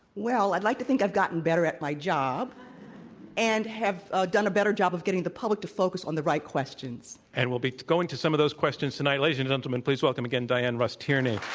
well, i'd like to think i've gotten better at my job and have ah done a better job of getting the public to focus on the right questions. and we'll be going to some of those questions tonight. ladies and gentlemen, please welcome, again, diann rust tierney.